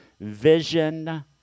vision